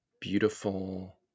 beautiful